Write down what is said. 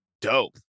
dope